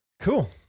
Cool